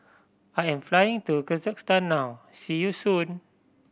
I am flying to Kyrgyzstan now see you soon